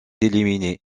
éliminée